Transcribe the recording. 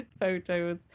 Photos